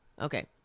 Okay